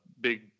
big